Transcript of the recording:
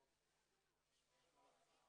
אנחנו אמנם בישיבת מעקב,